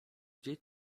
gdzie